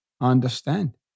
Understand